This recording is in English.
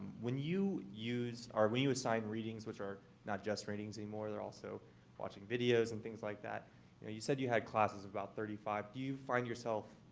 when you use, or when you assign readings, which are not just readings anymore, they're also watching videos and things like that. and yeah you said you had classes of about thirty five. do you find yourself